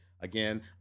Again